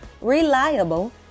reliable